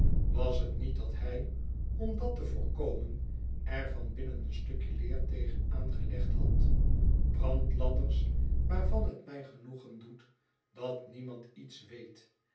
was t niet dat bij om dat te voorkomen er van binnen een stukje leer tegen aan gelegd had brandladders waarvan t mij genoegen doet dat niemand iets weet